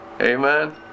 Amen